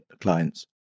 clients